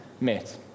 met